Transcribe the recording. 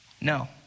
no